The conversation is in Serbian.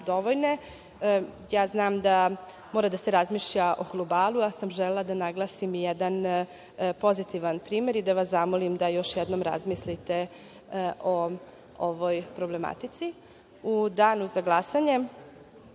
dovoljne. Znam da mora da se razmišlja u globalu, ali sam želela da naglasim i jedan pozitivan primer i da vas zamolim da još jednom razmislite o ovoj problematici. U danu za glasanje